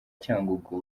cyangugu